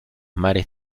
mares